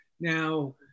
now